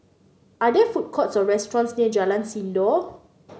are there food courts or restaurants near Jalan Sindor